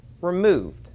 removed